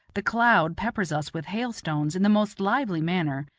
the cloud peppers us with hailstones in the most lively manner,